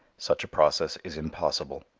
such a process is impossible.